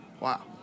Wow